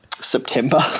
September